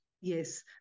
Yes